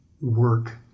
work